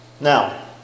Now